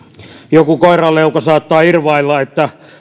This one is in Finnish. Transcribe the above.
joku koiranleuka saattaa irvailla että